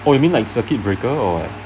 oh you mean like circuit breaker or what